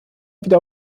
wieder